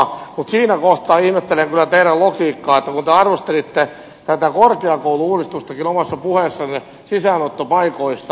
mutta siinä kohtaa ihmettelen kyllä teidän logiikkaanne että kun te arvostelitte tätä korkeakoulu uudistustakin omassa puheessanne sisäänottopaikoista